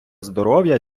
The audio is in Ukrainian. здоров’я